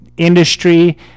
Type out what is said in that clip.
industry